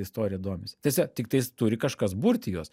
istorija domisi tiesa tiktais turi kažkas burti juos